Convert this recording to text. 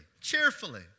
cheerfully